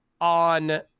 on